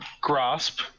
grasp